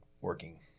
working